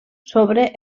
sobre